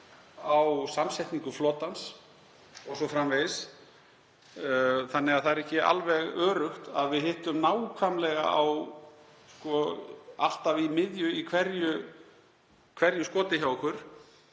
á samsetningu flotans o.s.frv. Það er ekki alveg öruggt að við hittum nákvæmlega alltaf í miðju í hverju skoti hjá okkur.